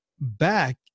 back